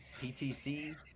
PTC